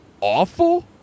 awful